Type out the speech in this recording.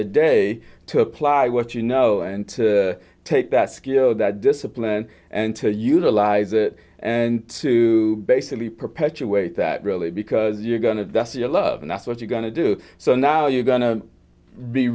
the day to apply what you know and take that skill that discipline and to utilize that and to basically perpetual that really because you're going to dust your love and that's what you're going to do so now you're go